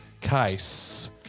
case